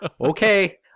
okay